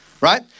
Right